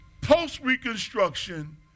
post-reconstruction